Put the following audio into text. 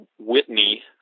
Whitney